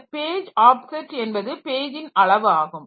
இந்த page offset என்பது பேஜின் அளவு ஆகும்